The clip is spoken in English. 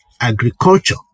agriculture